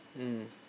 mm